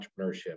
entrepreneurship